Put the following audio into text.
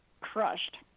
crushed